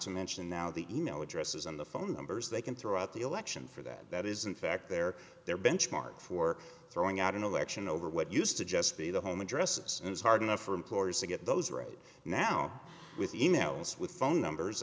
to mention now the e mail addresses and the phone numbers they can throw out the election for that that is in fact their their benchmark for throwing out an election over what used to just be the home addresses and it's hard enough for employees to get those right now with e mails with phone numbers